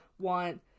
Want